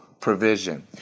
provision